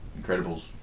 Incredibles